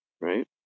right